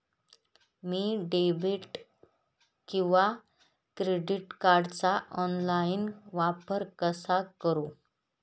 मी debit किंवा credit कार्डचा online वापर कसा करु?